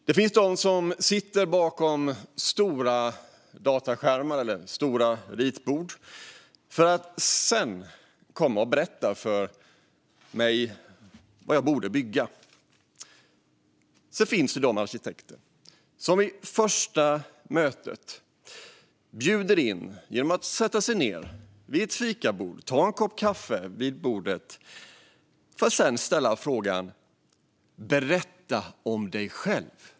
Det finns de som sitter bakom stora datorskärmar eller ritbord och sedan kommer och berättar för mig vad jag borde bygga. Sedan finns det arkitekter som vid första mötet bjuder in genom att sätta sig ned vid ett fikabord och ta en kopp kaffe, för att sedan säga: Berätta om dig själv!